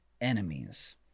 enemies